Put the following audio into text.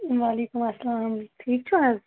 وعلیکُم السلام ٹھیٖک چھُو حظ